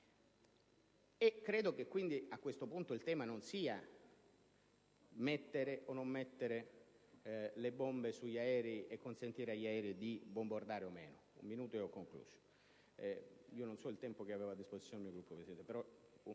Credo quindi che a questo punto il tema non sia mettere o non mettere le bombe sugli aerei e consentire agli aerei di bombardare o meno. *(Richiami del